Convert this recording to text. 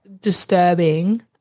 disturbing